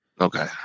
Okay